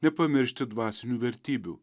nepamiršti dvasinių vertybių